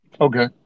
Okay